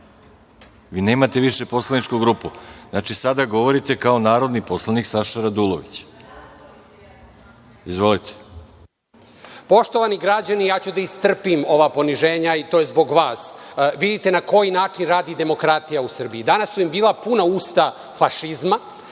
Vi nemate više poslaničku grupu. Znači, sada govorite kao narodni poslanik Saša Radulović. Izvolite. **Saša Radulović** Poštovani građani, ja ću da istrpim ova poniženja, i to je zbog vas, vidite na koji način radi demokratija u Srbiji. Danas su im bila puna usta fašizma.